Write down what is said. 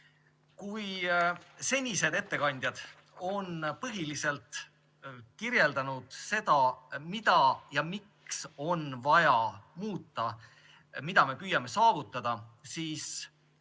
saadetud. Senised ettekandjad on põhiliselt kirjeldanud seda, mida ja miks on vaja muuta, mida me püüame saavutada.